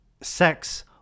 sex